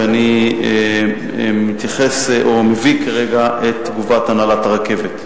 ואני מתייחס או מביא את תגובת הנהלת הרכבת: